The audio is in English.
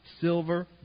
silver